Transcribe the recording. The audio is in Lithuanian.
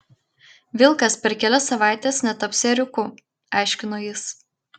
vilkas per kelias savaites netaps ėriuku aiškino jis